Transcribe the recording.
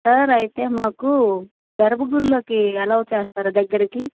sir అయితే మాకు గర్బగుళ్ళోకి అలౌ చేస్తారా దగ్గరకి